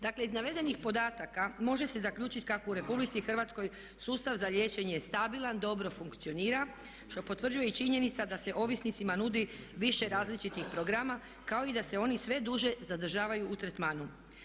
Dakle iz navedenih podataka može se zaključiti kako u Republici Hrvatskoj sustav za liječenje je stabilan, dobro funkcionira što potvrđuje i činjenica da se ovisnicima nudi više različitih programa kao i da se oni sve duže zadržavaju u tretmanu.